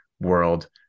world